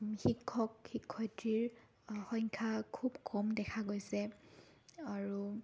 শিক্ষক শিক্ষয়িত্ৰীৰ সংখ্যা খুব কম দেখা গৈছে আৰু